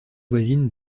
voisine